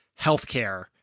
healthcare